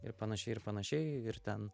ir panašiai ir panašiai ir ten